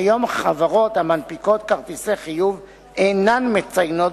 כיום חברות המנפיקות כרטיסי חיוב אינן מציינות